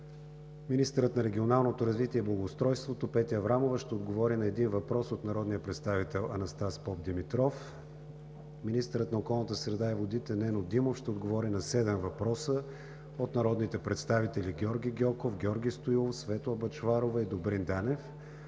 Министърът на регионалното развитие и благоустройството Петя Аврамова ще отговори на един въпрос от народния представител Анастас Попдимитров. 2. Министърът на околната среда и водите Нено Димов ще отговори на седем въпроса от народните представители Георги Гьоков, Георги Стоилов, Светла Бъчварова, Добрин Данев,